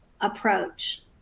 approach